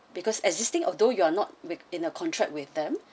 because existing although you are not with in a contract with them